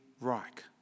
Reich